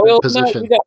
position